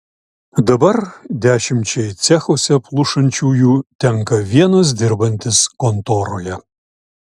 dabar dešimčiai cechuose plušančiųjų tenka vienas dirbantis kontoroje